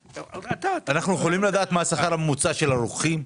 אנחנו יכולים לדעת מה השכר הממוצע של הרוקחים?